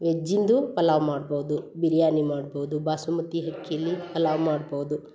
ವೆಜ್ಜಿಂದು ಪಲಾವ್ ಮಾಡ್ಬೋದು ಬಿರಿಯಾನಿ ಮಾಡ್ಬೋದು ಬಾಸುಮತಿ ಅಕ್ಕಿಲ್ಲಿ ಪಲಾವ್ ಮಾಡ್ಬೋದು